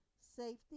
safety